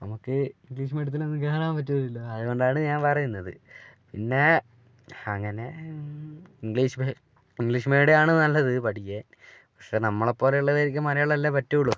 നമുക്ക് ഇംഗ്ലീഷ് മീഡിയത്തിൽ ഒന്നും കയറാൻ പറ്റില്ലല്ലോ അതുകൊണ്ടാണ് ഞാൻ പറയുന്നത് പിന്നെ അങ്ങനെ ഇംഗ്ലീഷ് ഇംഗ്ലീഷ് മീഡിയമാണ് നല്ലത് പഠിക്കാൻ പക്ഷേ നമ്മളെപ്പോലെയുള്ളവർക്ക് മലയാളമല്ലെ പറ്റുളളു